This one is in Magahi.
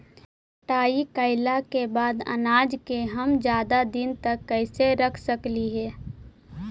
कटाई कैला के बाद अनाज के हम ज्यादा दिन तक कैसे रख सकली हे?